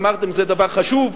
אמרתם: זה דבר חשוב,